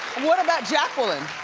what about jacqueline?